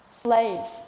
Slaves